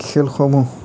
খেলসমূহ